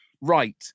right